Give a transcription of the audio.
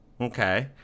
Okay